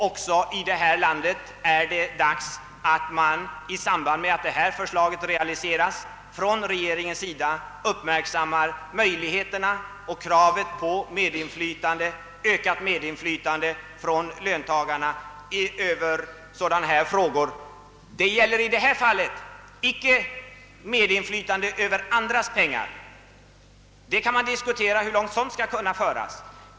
Också i vårt land är det dags att, i samband med att tanken på en statlig investeringsbank realiseras, regeringen uppmärksammar möjligheterna och kravet på ökat medinflytande från löntagarna i sådana här frågor. Det gäller i detta fall icke medinflytande över andras pengar. Det kan diskuteras hur långt sådant skall kunna föras.